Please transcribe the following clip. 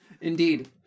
Indeed